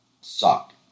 suck